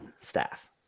staff